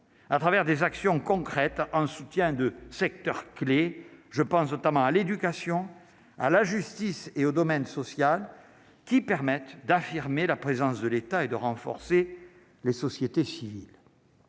à travers des actions concrètes en soutien de secteurs clés, je pense notamment à l'éducation à la justice et au domaine social qui permette d'affirmer la présence de l'État et de renforcer la société civile.